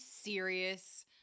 serious